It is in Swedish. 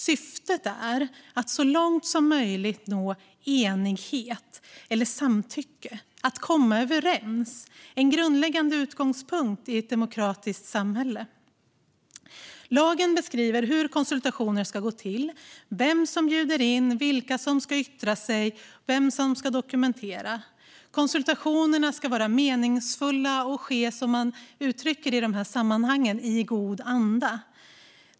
Syftet är att så långt som möjligt nå enighet eller samtycke - att komma överens - vilket är en grundläggande utgångspunkt i ett demokratiskt samhälle. Lagen beskriver hur konsultationer ska gå till - vem som ska bjuda in, vilka som ska yttra sig och vem som ska dokumentera. Konsultationerna ska vara meningsfulla och ske, som man uttrycker det i dessa sammanhang, i god anda.